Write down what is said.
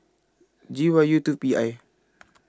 G Y U two P I